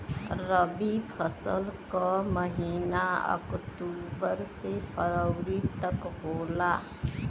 रवी फसल क महिना अक्टूबर से फरवरी तक होला